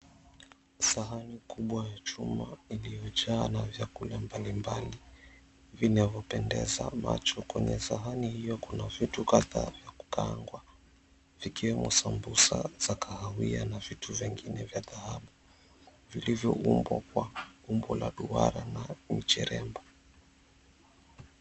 Sahani kubwa ya chuma ilivyojaa na vyakula mbali mbali vinavyopendeza macho. Kwenye sahani hiyo kuna vitu kadhaa ya kukaangwa, zikiwemo sambusa ya kahawia na vitu vingine vya dhahabu vilivyo kwa umbo la duara na micheremba.